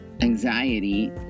anxiety